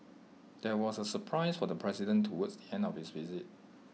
there was A surprise for the president towards the end of his visit